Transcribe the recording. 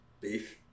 Beef